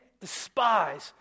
despise